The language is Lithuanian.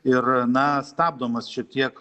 ir na stabdomas šiek tiek